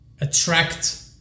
attract